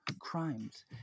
crimes